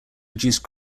reduce